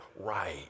right